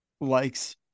likes